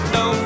no